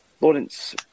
Lawrence